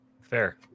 Fair